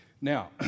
Now